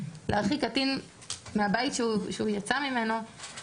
להרחיק קטין מהבית שהוא יצא ממנו,